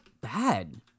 bad